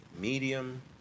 medium